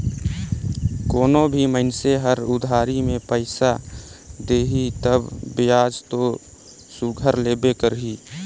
कोनो भी मइनसे हर उधारी में पइसा देही तब बियाज दो सुग्घर लेबे करही